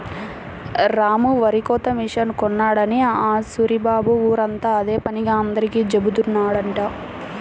రాము వరికోత మిషన్ కొన్నాడని ఆ సూరిబాబు ఊరంతా అదే పనిగా అందరికీ జెబుతున్నాడంట